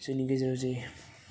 जोंनि गेजेराव जे